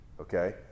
okay